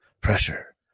pressure